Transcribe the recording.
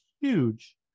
huge